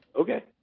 Okay